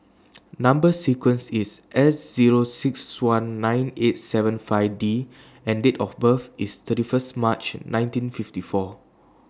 Number sequence IS S Zero six one nine eight seven five D and Date of birth IS thirty First March nineteen fifty four